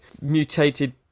mutated